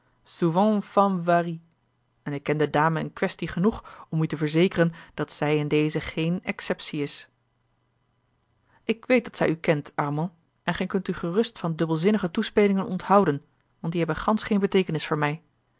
femme varie en ik ken de dame in quaestie genoeg om u te verzekeren dat zij in dezen geene exceptie is ik weet dat zij u kent armand en gij kunt u gerust van dubbelzinnige toespelingen onthouden want die hebben gansch geene beteekenis voor mij